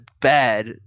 bad